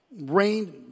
Rain